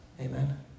Amen